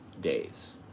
days